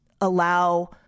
allow